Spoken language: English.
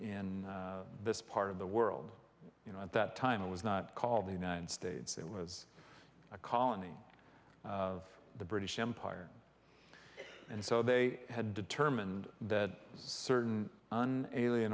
in this part of the world you know at that time it was not called the united states it was a colony of the british empire and so they had determined that certain unalien